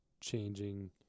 changing